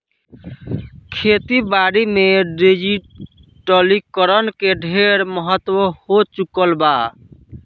खेती बारी में डिजिटलीकरण के ढेरे महत्व हो चुकल बा